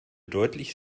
deutlich